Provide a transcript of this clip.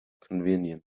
convenient